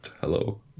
hello